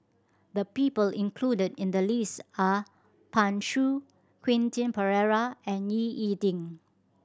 the people include in the list are Pan Shou Quentin Pereira and Ying E Ding